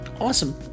awesome